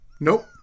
Nope